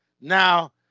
Now